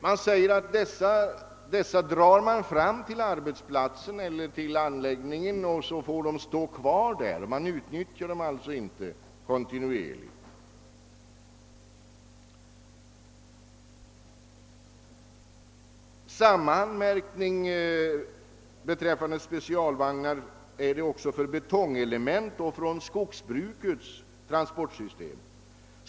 Man anför att dessa dras fram till arbetsplatsen eller till anläggningen i fråga och får stå kvar där. De utnyttjas alltså inte kontinuerligt. Samma anmärkning beträffande specialvagnar görs också beträffande specialvagnar för betongelement och beträffande skogsbrukets transportsystem.